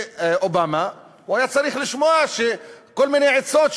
אובמה הוא היה צריך לשמוע כל מיני עצות,